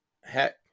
Heck